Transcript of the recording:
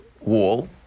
wall